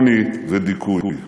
עוני ודיכוי.